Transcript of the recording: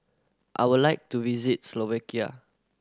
I would like to visit Slovakia